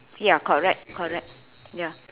ya correct correct ya